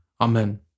Amen